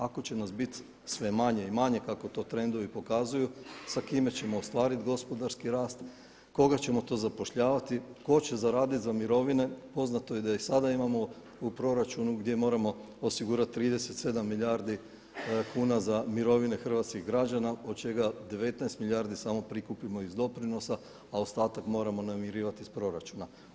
Ako će nas bit sve manje i manje kako to trendovi pokazuju, sa kime ćemo ostvariti gospodarski rast, koga ćemo to zapošljavati, tko će zaraditi za mirovine, poznato je da i sada imamo u proračunu gdje moramo osigurati 37 milijardi kuna za mirovine hrvatskih građana od čega 19 milijardi samo prikupimo iz doprinosa a ostatak moramo namirivati iz proračuna.